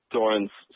Doran's